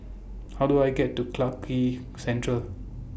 How Do I get to Clarke Quay Central